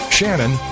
Shannon